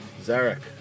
Zarek